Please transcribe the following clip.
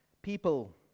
People